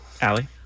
Allie